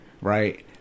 right